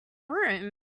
room